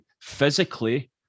physically